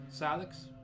Alex